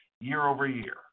year-over-year